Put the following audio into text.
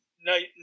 night